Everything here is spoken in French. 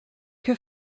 que